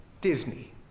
disney